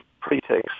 pretexts